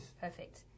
Perfect